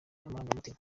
amarangamutima